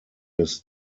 his